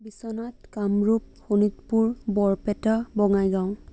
Biswanath Kamrup Sonitpur Barpeta Bongaigaon